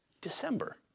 December